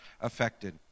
affected